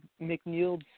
McNeil